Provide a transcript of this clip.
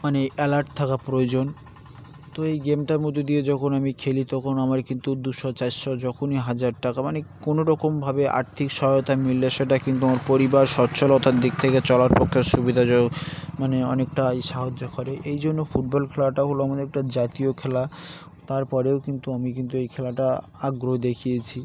মানে অ্যালার্ট থাকা প্রয়োজন তো এই গেমটার মধ্যে দিয়ে যখন আমি খেলি তখন আমার কিন্তু দুশো চাইশো যখনই হাজার টাকা মানে কোনো রকমভাবে আর্থিক সহায়তা মিললে সেটা কিন্তু আমার পরিবার সচ্ছলতার দিক থেকে চলার পক্ষে সুবিধাজনক মানে অনেকটাই সাহায্য করে এই জন্য ফুটবল খেলাটা হলো আমাদের একটা জাতীয় খেলা তারপরেও কিন্তু আমি কিন্তু এই খেলাটা আগ্রহ দেখিয়েছি